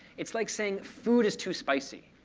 it's like saying, food is too spicy,